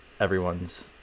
everyone's